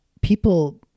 people